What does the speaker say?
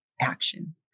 action